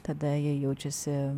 tada jie jaučiasi